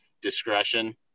discretion